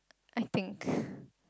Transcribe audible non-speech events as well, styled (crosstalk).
I think (breath)